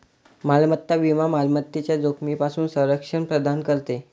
मालमत्ता विमा मालमत्तेच्या जोखमीपासून संरक्षण प्रदान करते